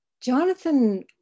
Jonathan